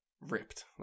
ripped